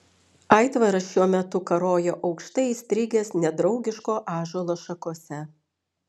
aitvaras šiuo metu karojo aukštai įstrigęs nedraugiško ąžuolo šakose